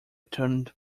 turned